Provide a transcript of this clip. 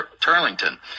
Turlington